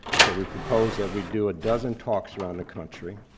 so we proposed that we do a dozen talks around the country.